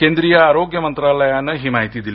केंद्रीय आरोग्य मंत्रालयानं ही माहिती दिली